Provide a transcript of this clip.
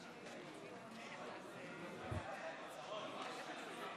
הצעת חוק-יסוד: ההתגברות (תיקוני חקיקה) עברה ברוב של 62,